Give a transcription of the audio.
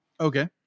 Okay